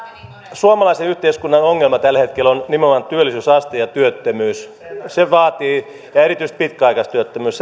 suomalaisen yhteiskunnan ongelma tällä hetkellä on nimenomaan työllisyysaste ja työttömyys se vaatii ja erityisesti pitkäaikaistyöttömyys